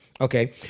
Okay